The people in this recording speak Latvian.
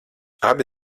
abi